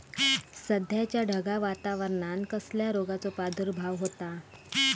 सध्याच्या ढगाळ वातावरणान कसल्या रोगाचो प्रादुर्भाव होता?